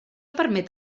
permet